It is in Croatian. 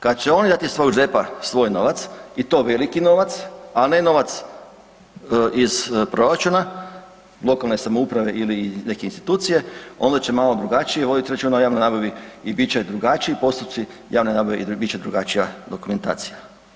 Kada će one dati iz svog džepa svoj novac i to veliki novac, a ne novac iz proračuna lokalne samouprave ili neke institucije onda će malo drugačije voditi računa o javnoj nabavi i bit će drugačiji postupci javne nabave i bit će drugačija dokumentacija.